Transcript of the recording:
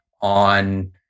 on